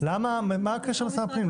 מה הקשר למשרד הפנים?